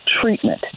treatment